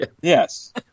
Yes